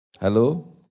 Hello